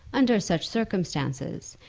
under such circumstances,